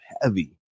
heavy